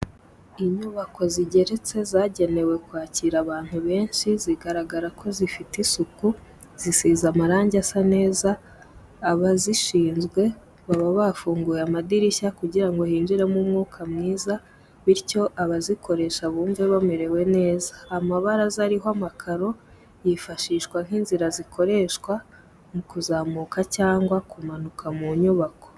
Inyubako zigeretse zagenewe kwakira abantu benshi zigaragara ko zifite isuku, zisize amarange asa neza abazishinzwe baba bafunguye amadirishya kugira ngo hinjiremo umwuka mwiza bityo abazikoresha bumve bamerewe neza, amabaraza ari ho amakaro yifashishwa nk'inzira zikoreshwa mu kuzamuka cyangwa kumanuka mu nyubako.